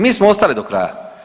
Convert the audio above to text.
Mi smo ostali do kraja.